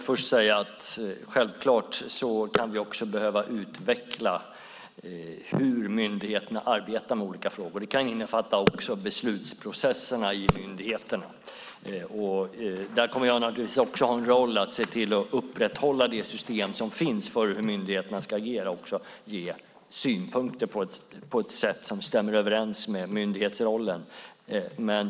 Fru talman! Självklart kan vi behöva utveckla hur myndigheterna arbetar med olika frågor. Det kan också innefatta beslutsprocesserna i myndigheterna. Jag har givetvis en roll i att upprätthålla det system som finns för hur myndigheterna ska agera och kan också ge synpunkter på ett sätt som stämmer överens med myndighetsrollen.